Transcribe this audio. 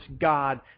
God